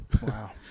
Wow